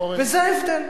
וזה ההבדל.